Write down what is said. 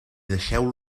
deixeu